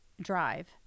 drive